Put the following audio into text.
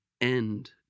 end